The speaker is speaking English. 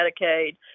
Medicaid